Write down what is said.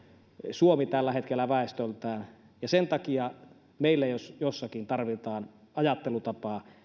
suomi tällä hetkellä sen takia meillä jos jossakin tarvitaan ajattelutapaa